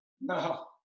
No